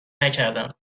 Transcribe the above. نکردم